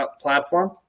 platform